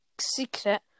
secret